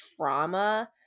trauma